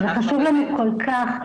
זה חשוב לנו כל כך,